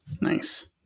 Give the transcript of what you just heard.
Nice